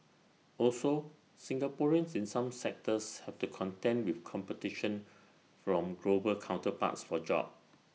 also Singaporeans in some sectors have to contend with competition from global counterparts for jobs